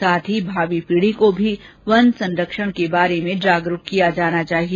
साथ ही भावी पीढी को भी वन संरक्षण के बारे में जागरूक करना चाहिए